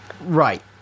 right